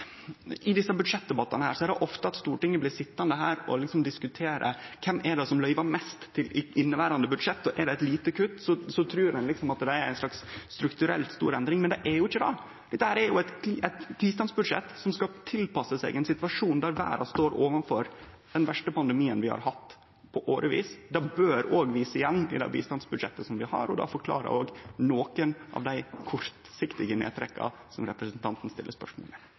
er som løyver mest til inneverande budsjett, og er det eit lite kutt, trur ein at det er ei stor strukturell endring. Men det er jo ikkje det. Dette er eit bistandsbudsjett som skal tilpasse seg ein situasjon der verda står overfor den verste pandemien vi har hatt på årevis. Det bør visast igjen i det bistandsbudsjettet vi har. Det forklarer nokre av dei kortsiktige nedtrekka som representanten stiller spørsmål om. Regjeringen med